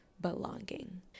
belonging